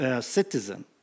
citizen